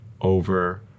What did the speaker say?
over